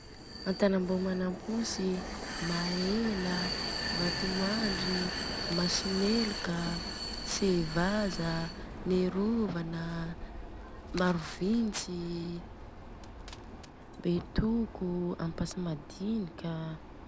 Antanambao manampontsy, mahela, vatomandry. masomeloka, sevaza, nerovana, marovintsy, betoko, ampasimadikna a.